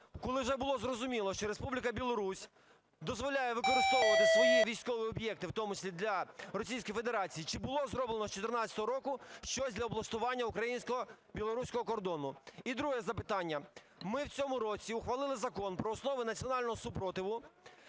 коли вже було зрозуміло, що Республіка Білорусь дозволяє використовувати свої військові об'єкти, в тому числі для Російської Федерації, чи було зроблено з 14-го року щось для облаштування українсько-білоруського кордону? І друге запитання. Ми в цьому році ухвалили Закон "Про основи національного спротиву",